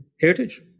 heritage